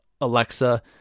Alexa